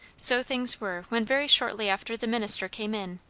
so things were, when very shortly after the minister came in.